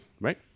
Right